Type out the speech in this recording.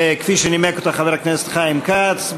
כפי שנימק אותה חבר הכנסת חיים כץ,